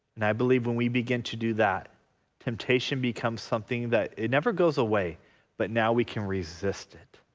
and i believe when we begin to do that temptation becomes something that it never goes away but now we can resist it